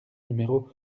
numéro